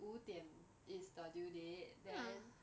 五点 is the due date then